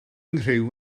nghriw